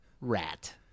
rat